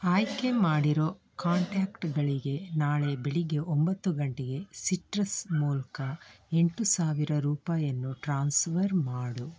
ಆಯ್ಕೆ ಮಾಡಿರೋ ಕಾಂಟ್ಯಾಕ್ಟ್ಗಳಿಗೆ ನಾಳೆ ಬೆಳಿಗ್ಗೆ ಒಂಬತ್ತು ಗಂಟೆಗೆ ಸಿಟ್ರಸ್ ಮೂಲಕ ಎಂಟು ಸಾವಿರ ರೂಪಾಯನ್ನು ಟ್ರಾನ್ಸ್ವರ್ ಮಾಡು